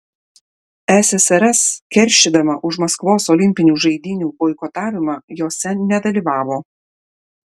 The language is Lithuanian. ssrs keršydama už maskvos olimpinių žaidynių boikotavimą jose nedalyvavo